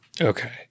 Okay